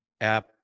app